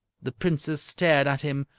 the princess stared at him,